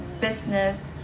business